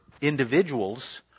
individuals